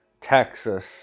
Texas